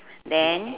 then